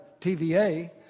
TVA